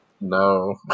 No